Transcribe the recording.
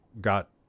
got